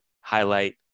highlight